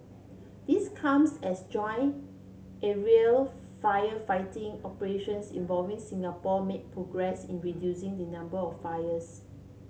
this comes as joint aerial firefighting operations involving Singapore made progress in reducing the number of fires